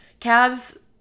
Cavs